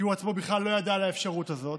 כי הוא עצמו בכלל לא ידע על האפשרות הזאת,